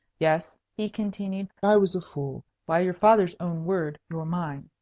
yes, he continued, i was a fool. by your father's own word you're mine.